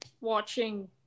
watching